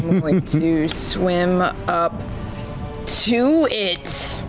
like to swim up to it,